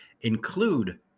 include